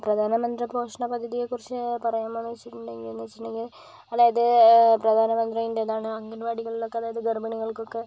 പ്രധാനമന്ത്ര പോഷണ പദ്ധതിയെക്കുറിച്ച് പറയാമോന്ന് വെച്ചിട്ടുണ്ടെങ്കിൽ എന്ന് വെച്ചിട്ടുണ്ടെങ്കിൽ അതായത് പ്രധാനമന്ത്രീൻറ്റെ ഇതാണ് അംഗൻവാടികളിലൊക്കെ അതായത് ഗർഭിണികൾക്കൊക്കെ